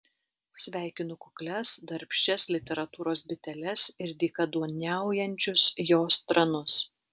sveikinu kuklias darbščias literatūros biteles ir dykaduoniaujančius jos tranus